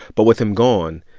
but with him gone,